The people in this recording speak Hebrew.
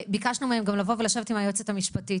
וביקשנו מהם גם לבוא ולשבת עם היועצת המשפטית.